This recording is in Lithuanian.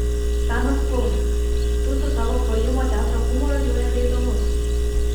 senas kloune tu su savo klojimo teatro humoru jau nebeįdomus